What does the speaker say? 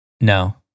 No